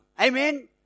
Amen